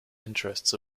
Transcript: interests